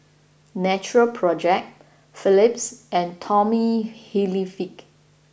Natural Project Philips and Tommy Hilfiger